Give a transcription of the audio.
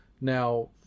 Now